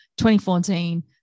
2014